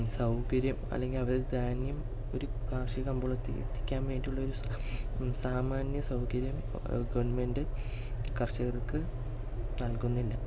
സൗകര്യം അല്ലെങ്കിൽ അവരുടെ ധാന്യം ഒരു കാർഷിക കമ്പോളത്തിൽ എത്തിക്കാൻ വേണ്ടിയുള്ളൊരു സാമാന്യ സൗകര്യം ഗവൺമെൻ്റ് കർഷകർക്ക് നൽകുന്നില്ല